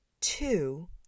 two